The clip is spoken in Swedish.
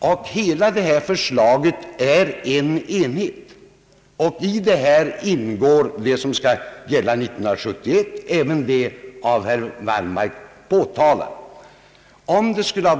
Hela detta författningsförslag är en enhet, och i det ligger även det av herr Wallmark påtalade spörsmålet.